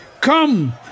come